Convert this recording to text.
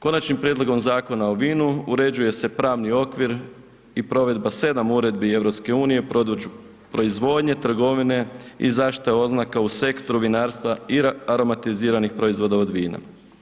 Konačnim prijedlogom Zakona o vinu uređuje se pravni okvir i provedba 7 Uredbi EU na području proizvodnje, trgovine i zaštite oznaka u sektoru vinarstva i aromatiziranih proizvoda od vina.